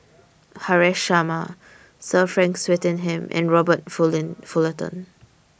Haresh Sharma Sir Frank Swettenham and Robert Fullerton